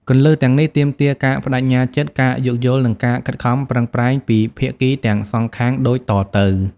គន្លឹះទាំងនេះទាមទារការប្តេជ្ញាចិត្ត ការយោគយល់ និងការខិតខំប្រឹងប្រែងពីភាគីទាំងសងខាងដូចតទៅ។